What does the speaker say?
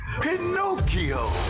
Pinocchio